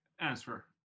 answer